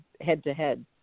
head-to-head